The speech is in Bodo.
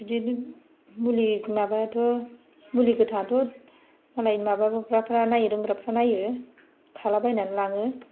बिदिनो मुलि माबायाथ' मुलि गोथाङाथ' मालाय माबाग्राफ्रा नायनो रोंग्राफ्रा नायो खाला बायनानै लाङो